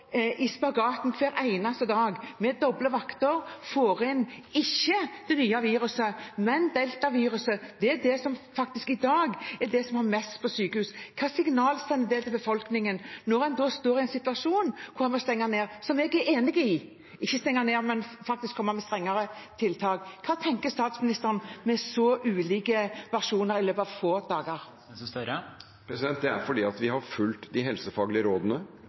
i spagaten hver eneste dag, med doble vakter, og som får inn folk ikke med det nye viruset, men med deltaviruset? I dag er det faktisk det som det er mest av på sykehusene. Hvilket signal sender det til befolkningen når en står i en situasjon hvor en må komme med strengere tiltak – som jeg er enig i? Hva tenker statsministeren om så ulike versjoner i løpet av få dager? Det er fordi vi har fulgt de helsefaglige rådene